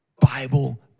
Bible